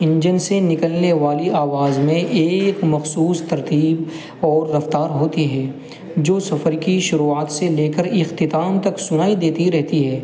engine سے نکلنے والی آواز میں ایک مخصوص ترتیب اور رفتار ہوتی ہے جو سفر کی شروعات سے لے کر اختتام تک سنائی دیتی رہتی ہے